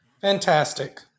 fantastic